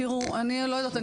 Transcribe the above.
תראו אני לא יודעת,